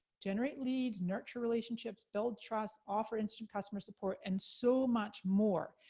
generate leads, nurture relationships, build trust, offer instant customer support, and so much more.